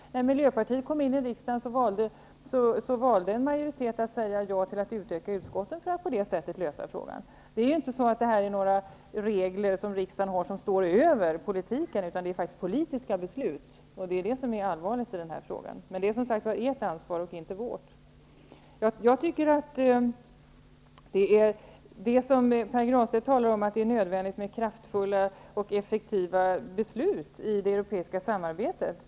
När Miljöpartiet kom in i riksdagen valde en majoritet att säga ja till att utöka antalet platser i uskottet för att på det sättet lösa problemet. Det är inte fråga om regler där riksdagen står över politiken, utan det är faktiskt politiska beslut. Det är det som är allvarligt i denna fråga. Men det är som sagt ert ansvar och inte vårt. Pär Granstedt talar om att det är nödvändigt med kraftfullt och effektivt beslutsfattande i det europeiska samarbetet.